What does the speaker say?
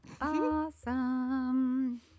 Awesome